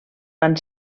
van